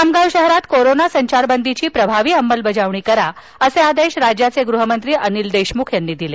खामगाव शहरात कोरोना संचारबंदीची प्रभावी अंमलबजावणी करा असे आदेश राज्याचे गृहमंत्री अनिल देशमुख यांनी दिले